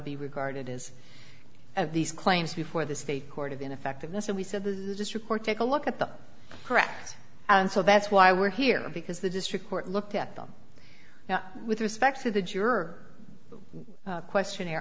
be regarded as of these claims before the state court of ineffectiveness and we said this report take a look at the correct and so that's why we're here because the district court looked at them with respect to the juror questionnaire